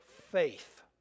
faith